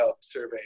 survey